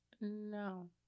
No